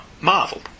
Marvel